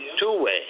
two-way